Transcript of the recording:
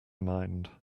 mind